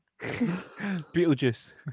Beetlejuice